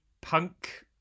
punk